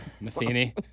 Matheny